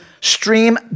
stream